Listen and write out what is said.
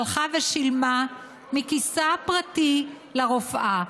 הלכה ושילמה מכיסה הפרטי לרופאה,